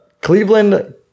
Cleveland